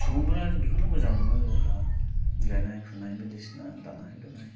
सुबुंफ्रा बेखौनो मोजां मोनो जेनेबा गायनाय फुनाय बायदिसिना दानाय लुनाय